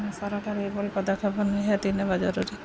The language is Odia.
ସରକାର ଏଭଳି ପଦକ୍ଷେପ ନିହାତି ନେବା ଜରୁରୀ